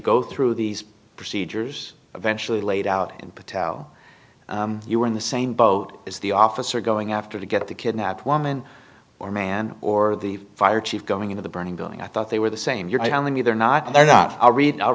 go through these procedures eventually laid out in patel you were in the same boat as the officer going after to get the kidnapped woman or man or the fire chief going into the burning building i thought they were the same you're right on the me they're not they're not a